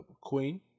Queen